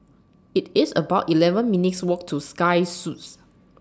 IT IS about eleven minutes' Walk to Sky Suites